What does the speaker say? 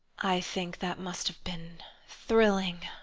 i think that must have been thrilling.